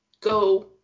go